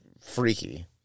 freaky